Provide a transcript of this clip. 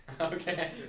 Okay